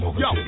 yo